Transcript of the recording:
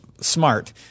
Smart